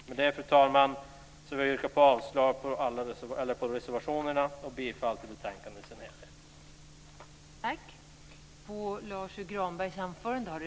Med detta, fru talman, yrkar jag avslag på reservationerna och bifall till utskottets förslag i betänkandet i dess helhet.